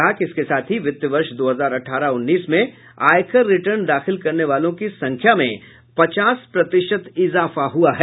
उन्होंने कहा कि इसके साथ ही वित्त वर्ष दो हजार अठारह उन्नीस में आयकर रिटर्न दाखिल करने वालों की संख्या में पचास प्रतिशत इजाफा हुआ है